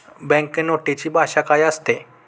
Bank नोटेची भाषा काय असते?